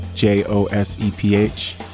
J-O-S-E-P-H